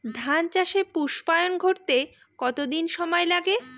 ধান চাষে পুস্পায়ন ঘটতে কতো দিন সময় লাগে?